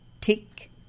tick